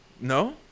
No